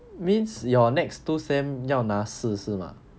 means your next two sem 你要拿四是吗